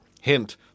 Hint